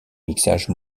mixage